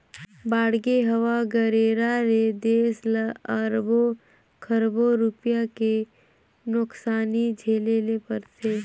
बाड़गे, हवा गरेरा ले देस ल अरबो खरबो रूपिया के नुकसानी झेले ले परथे